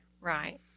right